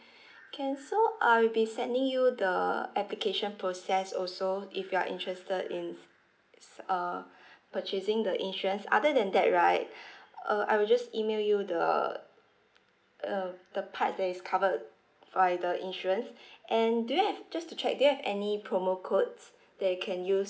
can so I will be sending you the application process also if you are interested in uh purchasing the insurance other than that right uh I will just email you the uh the part that is covered by the insurance and do you have just to check do you have any promo codes that you can use